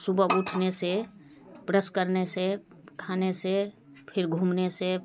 सुबह उठने से प्रेस करने से खाने से फिर घूमने से